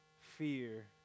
Fear